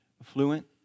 affluent